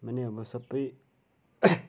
माने अब सबै